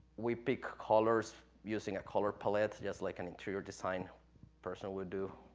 we pick colors using a color palette, just like an interior design person would do.